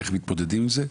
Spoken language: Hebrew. איך מתמודדים עם זה.